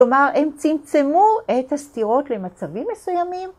כלומר, הם צמצמו את הסתירות למצבים מסוימים.